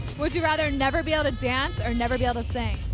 would you rather never be able to dance or never be able to sing?